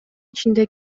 ичинде